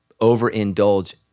overindulge